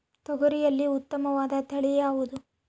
ತೊಗರಿಯಲ್ಲಿ ಉತ್ತಮವಾದ ತಳಿ ಯಾವುದು?